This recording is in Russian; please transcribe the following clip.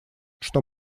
что